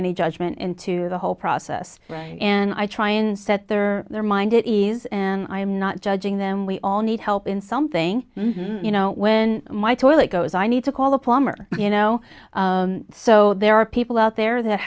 any judgment into the whole process and i try and set their their mind at ease and i am not judging them we all need help in something you know when my toilet goes i need to call a plumber you know so there are people out there that